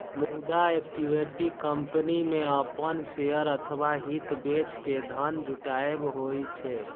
मुदा equity company मे अपन शेयर अथवा हित बेच के धन जुटायब होइ छै